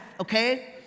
okay